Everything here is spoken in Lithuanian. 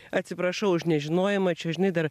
atsiprašau už nežinojimą čia žinai dar